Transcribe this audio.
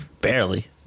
barely